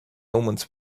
omens